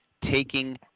Taking